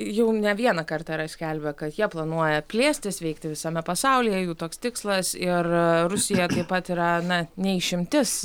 jau ne vieną kartą yra skelbę kad jie planuoja plėstis veikti visame pasaulyje jų toks tikslas ir rusija taip pat yra na ne išimtis